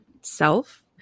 self